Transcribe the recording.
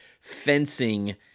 fencing